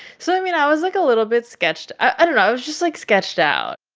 so i mean, i was, like, a little bit sketched i don't know. i was just, like, sketched out